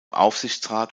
aufsichtsrat